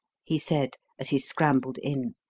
he said as he scrambled in.